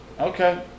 Okay